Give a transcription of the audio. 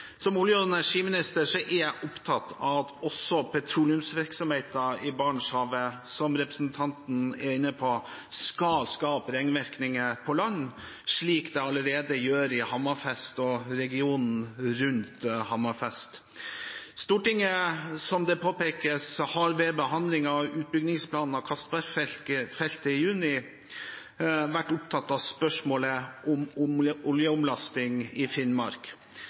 Som olje- og energiminister er jeg også opptatt av at petroleumsvirksomheten i Barentshavet, som representanten er inne på, skal skape ringvirkninger på land, slik den allerede gjør i Hammerfest og i regionen rundt Hammerfest. Som det påpekes, har Stortinget ved behandlingen av utbyggingsplanen for Castberg-feltet i juni vært opptatt av spørsmålet om oljeomlasting i Finnmark.